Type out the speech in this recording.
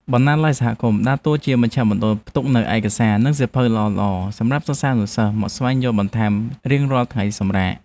បណ្ណាល័យសហគមន៍ដើរតួជាមជ្ឈមណ្ឌលផ្ទុកនូវឯកសារ និងសៀវភៅល្អៗសម្រាប់សិស្សានុសិស្សមកស្វែងយល់បន្ថែមរៀងរាល់ថ្ងៃសម្រាក។